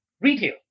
retail